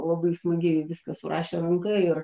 labai smagiai viską surašė ranka ir